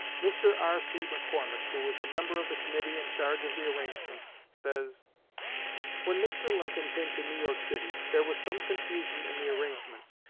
mr. r c. mccormick, who was a member of the committee in charge of the arrangements, says when mr. lincoln came to new york city, there was some confusion in the arrangements.